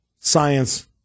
science